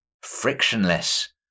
frictionless